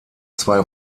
zwei